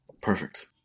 Perfect